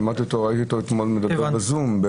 ראיתי אותו אתמול מדבר בזום.